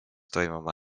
toimuma